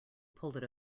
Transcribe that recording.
pulled